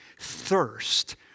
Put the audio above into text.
thirst